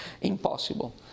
impossible